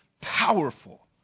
powerful